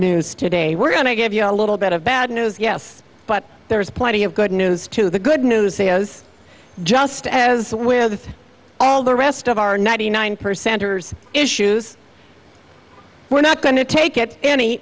news today we're going to give you a little bit of bad news yes but there is plenty of good news to the good news is just as with all the rest of our ninety nine percenters issues we're not going to take it any